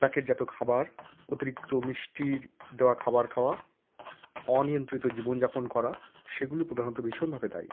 প্যাকেটজাত খাবার অতিরিক্ত মিষ্টির দেওয়া খাবার খাওয়া অনিয়ন্ত্রিত জীবনযাপন করা সেগুলো প্রধানত ভীষণভাবে দায়ী